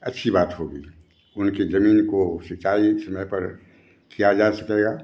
अच्छी बात होगी उनकी जमीन को सिंचाई समय पर किया जा सकेगा